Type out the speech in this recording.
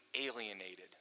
alienated